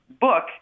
book